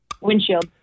Windshield